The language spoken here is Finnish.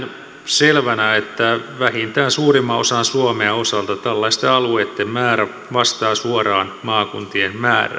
selvänä että vähintään suomen suurimman osan osalta tällaisten alueitten määrä vastaa suoraan maakuntien määrää